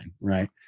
Right